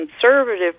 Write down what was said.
conservative